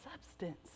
substance